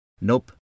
Nope